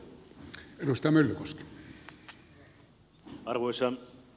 arvoisa herra puhemies